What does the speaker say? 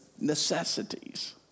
Necessities